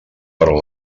però